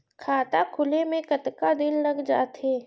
खाता खुले में कतका दिन लग जथे?